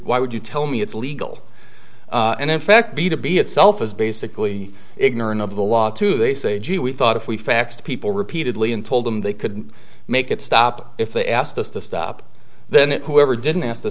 why would you tell me it's legal and in fact be to be itself is basically ignorant of the law to they say gee we thought if we faxed people repeatedly and told them they couldn't make it stop if they asked us to stop then it whoever didn't